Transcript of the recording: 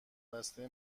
بسته